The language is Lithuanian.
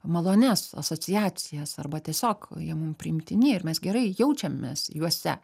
malonias asociacijas arba tiesiog jie mum priimtini ir mes gerai jaučiamės juose